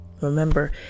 remember